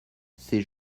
c’est